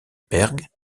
berg